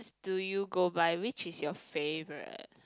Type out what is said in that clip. do you go by which is your favourite